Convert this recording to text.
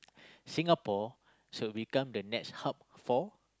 Singapore should become the next hub for